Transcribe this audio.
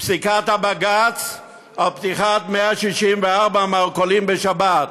פסיקת בג"ץ על פתיחת 164 מרכולים בשבת.